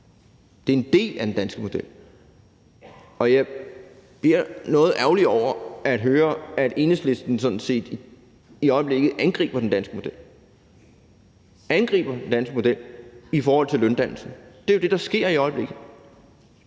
Det er en del af den danske model, og jeg bliver noget ærgerlig over at høre, at Enhedslisten sådan set i øjeblikket angriber den danske model i forhold til løndannelsen. Det er jo det, der sker i øjeblikket.